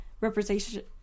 representation